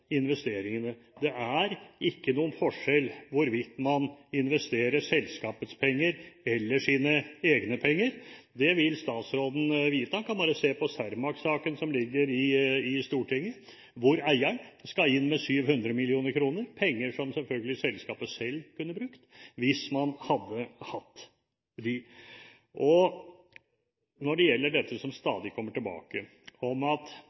investeringene. Det er ikke noen forskjell hvorvidt man investerer selskapets penger eller sine egne penger. Det vet statsråden. Han kan bare se på Cermaq-saken som ligger i Stortinget, hvor eieren skal inn med 700 mill. kr, penger som selvfølgelig selskapet selv kunne brukt hvis man hadde hatt dem. Så til dette som stadig kommer tilbake, at